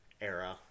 era